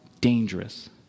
dangerous